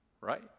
right